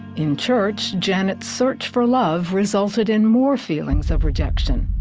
in church janet search for love resulted in more feelings of rejection.